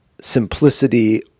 simplicity